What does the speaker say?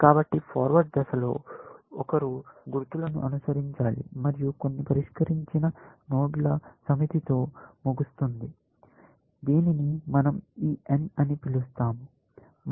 కాబట్టి ఫార్వర్డ్ దశలో ఒకరు గుర్తులను అనుసరించాలి మరియు కొన్ని పరిష్కరించని నోడ్ల సమితితో ముగుస్తుంది దీనిని మనం ఈ n అని పిలుస్తాము